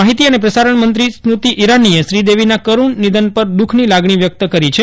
માહીતી અને પ્રસારણ મંત્રી સ્મૃતિ ઇરાનીએ શ્રીદેવીના કરૃણ નિધન પર દુઃખ ની લાગણી વયક્ત કરી હતી